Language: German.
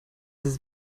ist